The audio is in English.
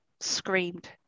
screamed